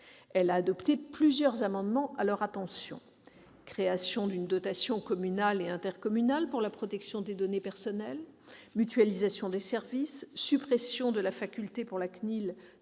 Elle a adopté plusieurs amendements à leur égard : création d'une dotation communale et intercommunale pour la protection des données personnelles, mutualisation des services, suppression de la faculté pour la CNIL